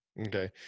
okay